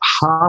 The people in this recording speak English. half